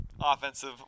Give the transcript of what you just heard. offensive